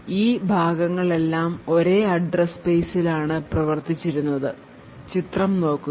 ഈ ഭാഗങ്ങൾ എല്ലാം ഒരേ അഡ്രസ്സ് സ്പേസിൽ ആണ് പ്രവർത്തിച്ചിരുന്നത് ചിത്രം നോക്കുക